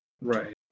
Right